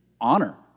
honor